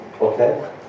Okay